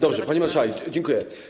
Dobrze, pani marszałek, dziękuję.